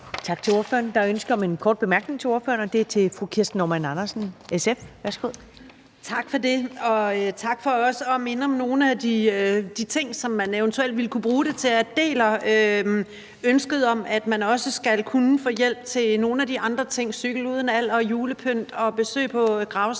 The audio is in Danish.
Tak til ordføreren. Der er ønske om en kort bemærkning til ordføreren, og det er fra fru Kirsten Normann Andersen, SF. Værsgo. Kl. 20:15 Kirsten Normann Andersen (SF): Tak for det. Og tak for også at minde om nogle af de ting, som man eventuelt ville kunne bruge kortet til. Jeg deler ønsket om, at man også skal kunne få hjælp til nogle af de andre ting – »Cykling uden alder«, julepynt, besøg på gravstedet